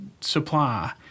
supply